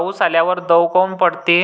पाऊस आल्यावर दव काऊन पडते?